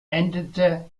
endete